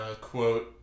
quote